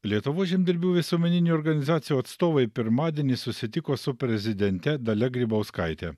lietuvos žemdirbių visuomeninių organizacijų atstovai pirmadienį susitiko su prezidente dalia grybauskaite